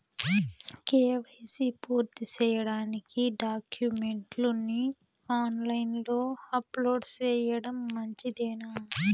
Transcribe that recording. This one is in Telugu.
కే.వై.సి పూర్తి సేయడానికి డాక్యుమెంట్లు ని ఆన్ లైను లో అప్లోడ్ సేయడం మంచిదేనా?